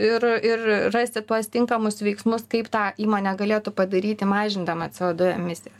ir ir rasti tuos tinkamus veiksmus kaip tą įmonę galėtų padaryti mažindama savo ce o du emisijas